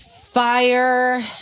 Fire